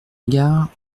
égard